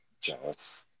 Jealous